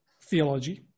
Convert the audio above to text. theology